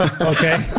Okay